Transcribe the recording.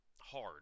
hard